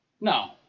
No